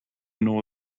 know